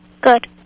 Good